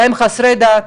בהן חסרי דת,